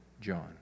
John